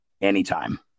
anytime